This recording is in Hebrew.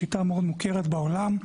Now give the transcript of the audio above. שיטה מאוד מוכרת בעולם.